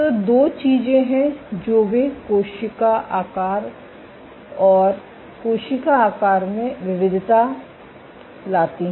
तो दो चीजें हैं जो वे कोशिका आकार और कोशिका आकार में विविधता लाती हैं